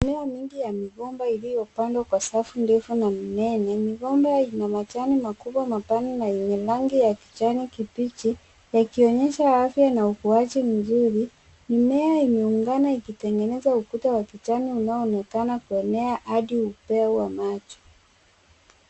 Mimea mingi ya migomba iliyo pandwa kwa safu ndefu na mimea. Migomba ina majani makubwa mapana na yenye rangi ya kijani kibichi yakionyesha afya na ukuaji mzuri. Mimea imeungana ikitengeneza ukuta wa kijani unaoonekana kuenea hadi upeo wa macho.